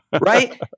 right